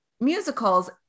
musicals